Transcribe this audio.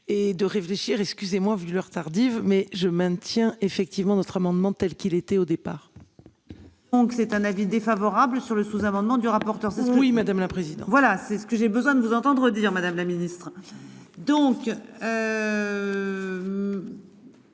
et de réfléchir. Excusez-moi vous de l'heure tardive mais je maintiens effectivement notre amendement telle qu'il était au départ. Donc c'est un avis défavorable sur le sous-amendement du rapporteur oui madame la présidente. Voilà c'est ce que j'ai besoin de vous entendre dire, madame la Ministre